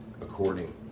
according